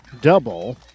double